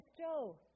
Joe